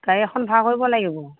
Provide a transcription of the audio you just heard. গাড়ী এখন ভাড়া কৰিব লাগিব